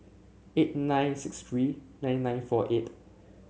eight nine six three nine nine four eight